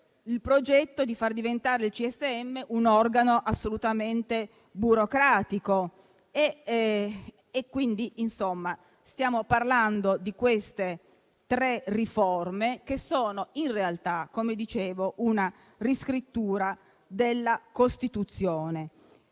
del progetto di far diventare il CSM un organo assolutamente burocratico. Insomma, stiamo parlando di queste tre riforme, che sono in realtà - come dicevo - una riscrittura della Costituzione.